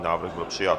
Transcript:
Návrh byl přijat.